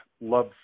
Love